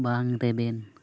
ᱵᱟᱝ ᱨᱮᱵᱮᱱ